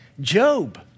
Job